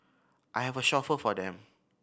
I have a chauffeur for them